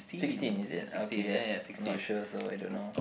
sixteen is it okay I'm not sure also I don't know